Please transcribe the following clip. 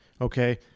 Okay